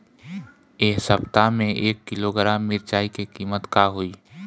एह सप्ताह मे एक किलोग्राम मिरचाई के किमत का होई?